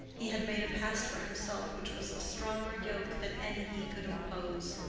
he had made a past for himself which was a stronger yoke than any he could impose.